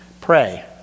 pray